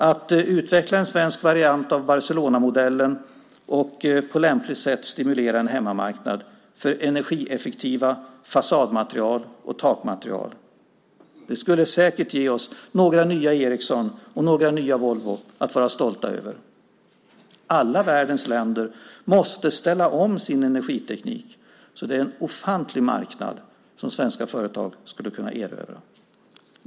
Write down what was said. Att utveckla en svensk variant av Barcelonamodellen och på lämpligt sätt stimulera en hemmamarknad för energieffektiva fasadmaterial och takmaterial skulle säkert ge oss några nya Ericsson och några nya Volvo att vara stolta över. Alla världens länder måste ställa om sin energiteknik så det är en ofantlig marknad som svenska företag skulle kunna erövra.